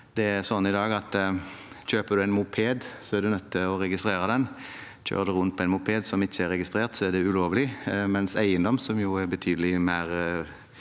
kjøper du en moped, er du nødt til å registrere den. Kjører du rundt på en moped som ikke er registrert, er det ulovlig, mens eiendom som jo er en betydelig mer